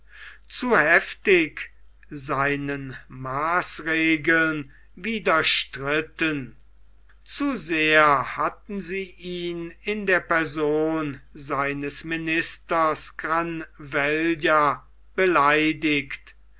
zu heftig seinen maßregeln widerstritten zu sehr hatten sie ihn in der person seines ministers granvella beleidigt